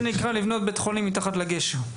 זה נקרא לבנות בית חולים מתחת לגשר.